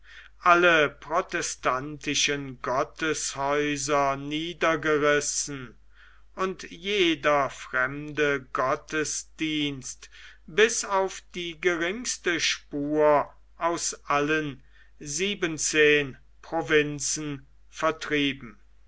alle protestantischen gotteshäuser niedergerissen und jeder fremde gottesdienst bis auf die geringste spur aus allen siebenzehn provinzen vertrieben